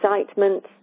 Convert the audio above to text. excitement